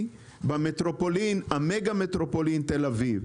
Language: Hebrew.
במטרופולין המגה מטרופולין תל אביב.